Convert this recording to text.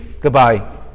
Goodbye